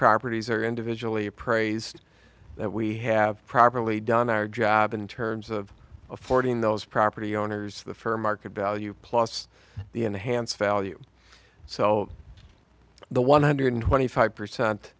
properties are individually appraised that we have properly done our job in terms of affording those property owners the fair market value plus the enhanced value so the one hundred twenty five percent